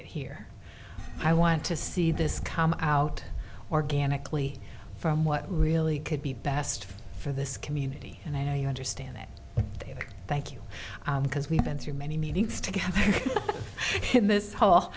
it here i want to see this come out organically from what really could be best for this community and i understand that thank you because we've been through many meetings together in this